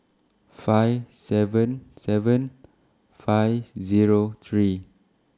five seven seven five Zero three